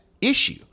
issue